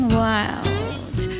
wild